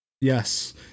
Yes